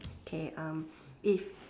okay um if